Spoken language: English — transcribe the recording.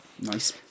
Nice